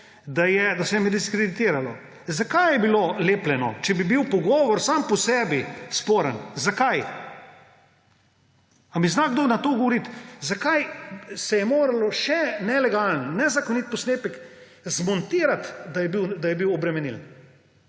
da se me je diskreditiralo. Zakaj je bilo lepljeno, če bi bil pogovor sam po sebi sporen? Zakaj? Ali mi zna kdo na to odgovoriti? Zakaj se je moralo še nelegalen, nezakonit posnetek zmontirati, da je bil obremenilen?